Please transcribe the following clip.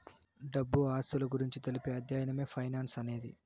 డబ్బు ఆస్తుల గురించి తెలిపే అధ్యయనమే ఫైనాన్స్ అనేది